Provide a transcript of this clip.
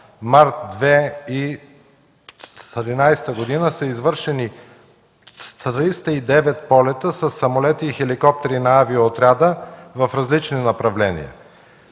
март 2011 г. са извършени 309 полета със самолети и хеликоптери на авиоотряда в различни направления.